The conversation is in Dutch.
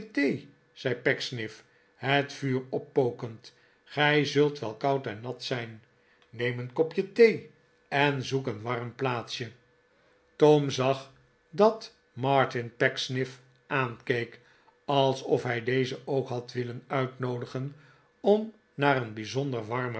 zei pecksniff het vuur oppokend gij zult wel koud en nat zijn neem een kopje thee en zoek een warm plaatsje tom zag dat martin pecksniff aankeek alsof hij dezen ook wel had willen uitnoodigen om naar een bijzonder